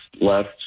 left